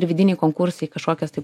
ir vidiniai konkursai į kažkokias tai